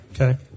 Okay